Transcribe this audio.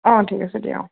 অঁ অঁ ঠিক আছে দিয়া অঁ